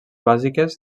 bàsiques